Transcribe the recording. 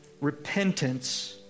repentance